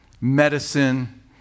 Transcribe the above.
medicine